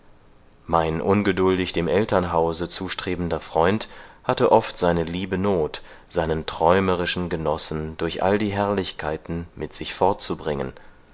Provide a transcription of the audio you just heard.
mein ungeduldig dem elternhause zustrebender freund hatte oft seine liebe not seinen träumerischen genossen durch all die herrlichkeiten mit sich fortzubringen